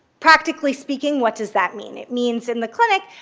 practically speaking, what does that mean? it means, in the clinic,